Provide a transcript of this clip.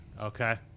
Okay